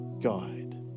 guide